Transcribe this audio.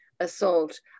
assault